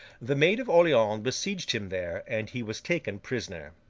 the maid of orleans besieged him there, and he was taken prisoner.